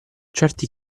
certi